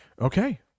Okay